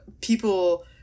people